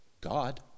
God